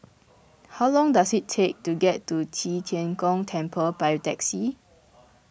how long does it take to get to Qi Tian Gong Temple by taxi